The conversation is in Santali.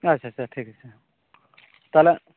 ᱟᱪᱪᱷᱟ ᱪᱷᱟ ᱴᱷᱤᱠ ᱟᱪᱷᱮ ᱛᱟᱦᱚᱞᱮ